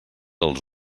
els